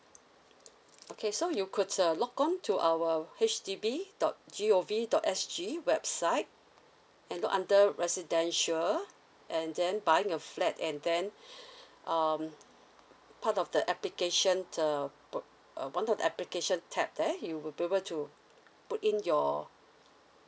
okay so you could uh log on to our H D B dot G O V dot S G website and look under residential and then buying a flat and then um part of the application uh p~ uh one of the application tab there you will be able to put in your